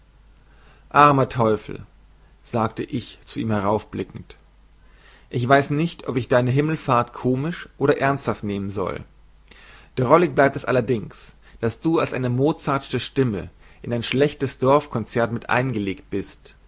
armer teufel sagte ich zu ihm hinaufblickend ich weiß nicht ob ich deine himmelfarth komisch oder ernsthaft nehmen soll drollig bleibt es allerdings daß du als eine mozartsche stimme in ein schlechtes dorfkonzert mit eingelegt bist